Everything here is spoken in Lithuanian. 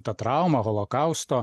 ta trauma holokausto